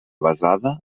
basada